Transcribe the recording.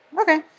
Okay